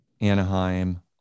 anaheim